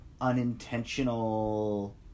unintentional